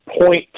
point